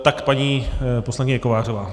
Tak paní poslankyně Kovářová.